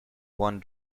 one